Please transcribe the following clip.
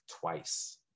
twice